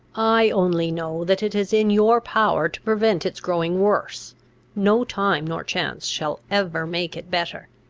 i only know that it is in your power to prevent its growing worse no time nor chance shall ever make it better.